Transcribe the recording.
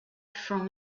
from